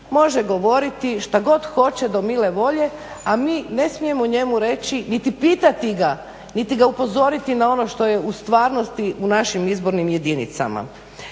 može govoriti šta god hoće do mile volje a mi ne smijemo njemu reći niti pitati ga, niti ga upozoriti na ono što je u stvarnosti u našim izbornim jedinicama.